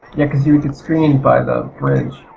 yeah cause you'd get screened by the bridge.